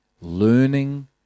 learning